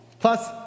Plus